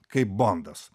kaip bondas